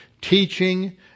teaching